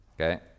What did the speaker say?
okay